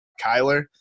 Kyler